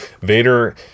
Vader